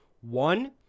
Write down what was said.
one